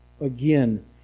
again